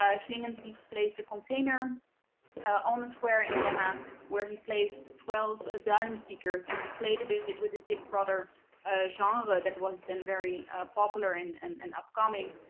ah schlingensief placed a container on the square in vienna where he placed twelve asylum seekers and he played a bit bit with his big brother genre that was then very popular and and and upcoming.